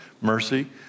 mercy